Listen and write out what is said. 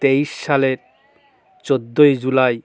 তেইশ সালের চোদ্দই জুলাই